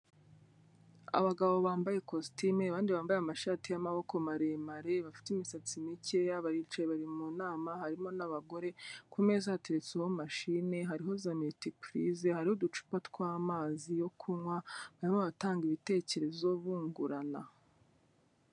Abagabo bambaye ikositimu abandi bambaye amashati y'amaboko maremare, bafite imisatsi mikeya, baricaye bari mu nama, harimo n'abagore ku meza hateretseho mashine, hariho za mult-prise, hari uducupa tw'amazi yo kunywa, barimo barabatanga ibitekerezo bungurana.